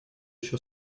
еще